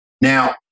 Now